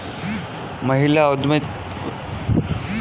महिला उद्यमिता एक जबरदस्त सामाजिक परिवर्तन ला सकती है